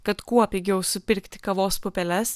kad kuo pigiau supirkti kavos pupeles